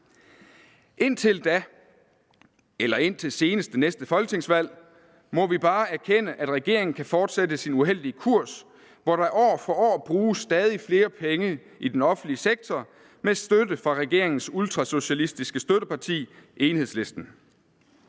Indtil da eller indtil senest ved næste folketingsvalg må vi bare erkende, at regeringen kan fortsætte sin uheldige kurs, hvor der år for år bruges stadig flere penge i den offentlige sektor med støtte fra regeringens ultrasocialistiske støtteparti, Enhedslisten.